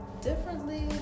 differently